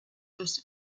das